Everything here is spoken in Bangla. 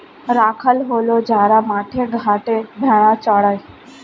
রাখাল হল যারা মাঠে ঘাটে ভেড়া চড়ায়